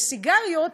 בסיגריות,